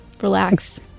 Relax